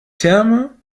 terme